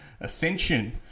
ascension